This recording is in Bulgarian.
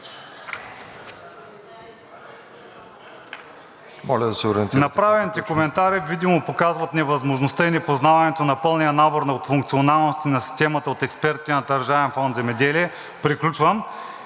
Моля да се ориентирате